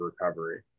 recovery